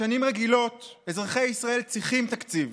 בשנים רגילות אזרחי ישראל צריכים תקציב.